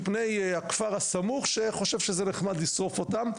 מפני הכפר הסמוך שחושב שזה נחמד לשרוף אותם.